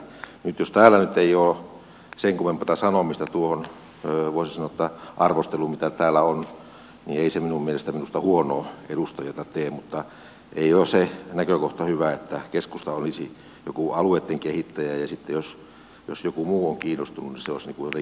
jos täällä nyt ei ole sen kummempaa sanomista tuohon voisin sanoa arvosteluun mitä täällä on niin ei se minun mielestäni minusta huonoa edustajaa tee mutta ei ole se näkökohta hyvä että keskusta olisi joku alueitten kehittäjä ja sitten jos joku muu on kiinnostunut niin se olisi jotenkin apuihminen